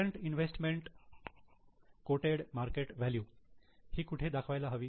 current investment quoted market value ही कुठे दाखवायला हवी